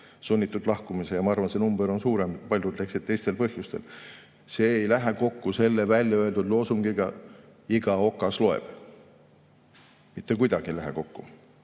sunnitud lahkumise. Ma arvan, et see number on isegi suurem, paljud läksid teistel põhjustel. See ei lähe kokku väljaöeldud loosungiga "Iga okas loeb!". Mitte kuidagi ei lähe kokku!